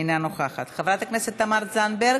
אינה נוכחת, חברת הכנסת תמר זנדברג,